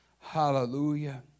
Hallelujah